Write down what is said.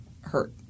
hurt